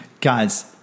Guys